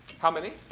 how many?